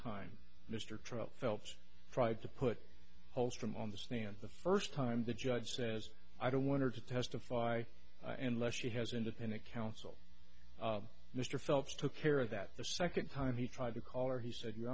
trump phelps tried to put holes from on the stand the first time the judge says i don't want her to testify unless she has independent counsel mr phelps took care of that the second time he tried to call or he said you